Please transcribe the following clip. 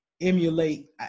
emulate